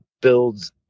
builds